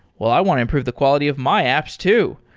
well, i want to improve the quality of my apps too.